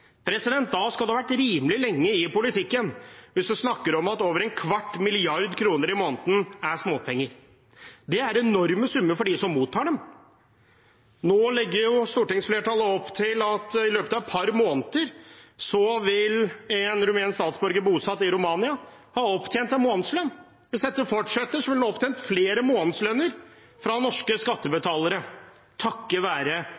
ha vært rimelig lenge i politikken hvis man snakker om at over en kvart milliard kroner i måneden er småpenger. Det er enorme summer for dem som mottar dem. Nå legger stortingsflertallet opp til at i løpet av et par måneder vil en rumensk statsborger bosatt i Romania ha opptjent en månedslønn. Hvis dette fortsetter, vil han ha opptjent flere månedslønner fra norske skattebetalere takket være